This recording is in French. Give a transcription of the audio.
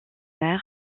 mer